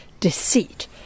Deceit